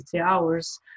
hours